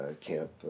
camp